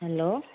hello